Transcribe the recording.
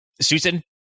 Susan